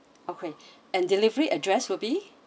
okay and delivery address will be